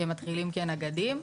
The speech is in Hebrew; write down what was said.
כי הם מתחילים כנגדים,